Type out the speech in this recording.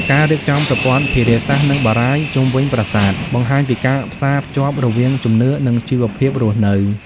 ការរៀបចំប្រព័ន្ធធារាសាស្ត្រ និងបារាយណ៍ជុំវិញប្រាសាទ បង្ហាញពីការផ្សារភ្ជាប់រវាងជំនឿ និងជីវភាពរស់នៅ។